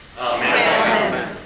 Amen